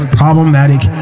problematic